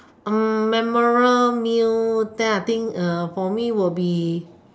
memorable meal then for me it would be